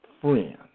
friend